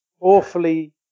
awfully